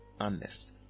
honest